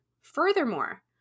Furthermore